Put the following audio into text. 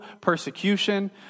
persecution